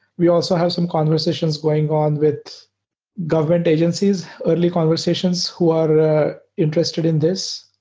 we also have some conversations going on with government agencies, early conversations who are ah interested in this,